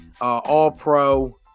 All-Pro